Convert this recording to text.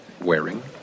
Wearing